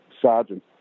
sergeant